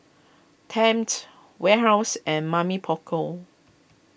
Tempt Warehouse and Mamy Poko